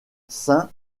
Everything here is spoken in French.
saint